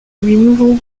removal